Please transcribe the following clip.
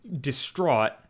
distraught